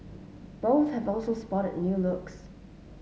both have also spotted new looks